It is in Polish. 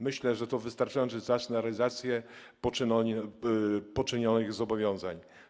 Myślę, że to wystarczający czas na realizację poczynionych zobowiązań.